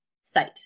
site